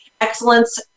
excellence